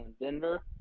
Denver